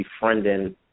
befriending